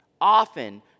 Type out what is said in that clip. Often